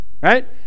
Right